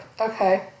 Okay